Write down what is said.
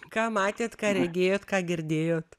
ką matėt ką regėjot ką girdėjot